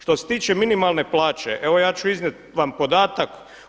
Što se tiče minimalne plaće evo ja ću iznijeti vam podatak.